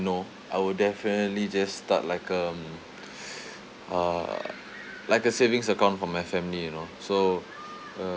know I will definitely just start like um uh like a savings account for my family you know so